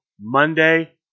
Monday